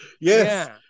yes